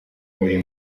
muri